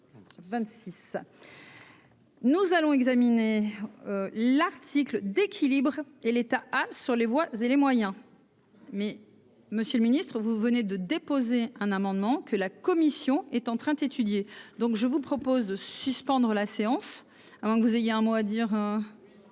Nous allons examiner l'article d'équilibre et l'État a sur les voies et les moyens, mais Monsieur le Ministre, vous venez de déposer un amendement que la commission est en train d'étudier donc je vous propose de suspendre la séance avant que vous ayez un mot à dire. Oh